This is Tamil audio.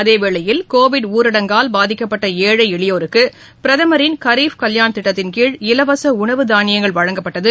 அதேவேளயில் கோவிட் ஊரடங்கால் பாதிக்கப்பட்ட ஏழை எளியோருக்கு பிரதமரின் கரீப் கல்யாண் திட்டத்தின்கீழ் இலவச உணவு தானியங்கள் வழங்கப்பட்டது